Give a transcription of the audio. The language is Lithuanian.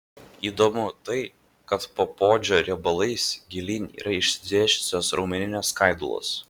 įdomu tai kad po poodžio riebalais gilyn yra išsidėsčiusios raumeninės skaidulos